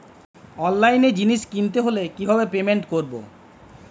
অনলাইনে জিনিস কিনতে হলে কিভাবে পেমেন্ট করবো?